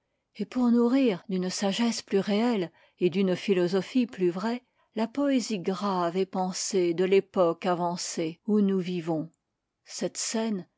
et pour nourrir d'une sagesse plus réelle et d'une philosophie plus vraie la poésie grave et pensée de l'époque avancée où nous vivons cette scène